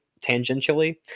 tangentially